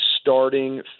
starting